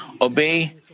obey